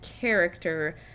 character